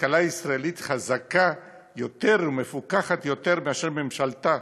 הכלכלה הישראלית חזקה יותר ומפוכחת יותר מאשר ממשלתה,